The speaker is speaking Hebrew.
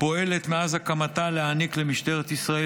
פועלת מאז הקמתה להעניק למשטרת ישראל